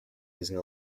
using